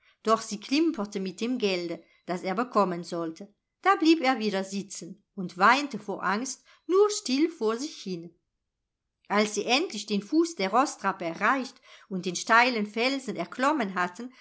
doch sie klimperte mit dem gelde das er bekommen sollte da blieb er wieder sitzen und weinte vor angst nur still vor sich hin als sie endlich den fuß der roßtrappe erreicht und den steilen felsen erklommen hatten